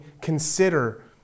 consider